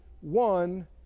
one